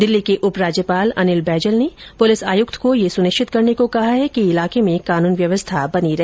दिल्ली के उपराज्यपाल अनिल बैजल ने पुलिस आयुक्त को यह सुनिश्चित करने को कहा है कि इलाके में कानून व्यवस्था बनी रहे